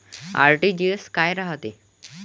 RTGS काय रायते?